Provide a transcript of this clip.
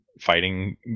fighting